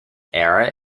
area